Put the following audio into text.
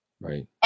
Right